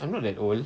I'm not that old